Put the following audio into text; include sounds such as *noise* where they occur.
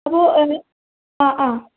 *unintelligible* ആ ആ